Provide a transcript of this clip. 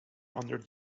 under